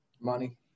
Money